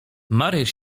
maryś